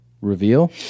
reveal